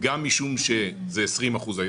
גם משום שהיום אלה 20 אחוזים,